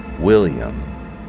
William